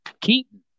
Keaton